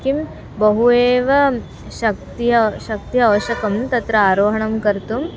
किं बहु एव शक्तिः शक्तिः आवश्यकं तत्र आरोहणं कर्तुं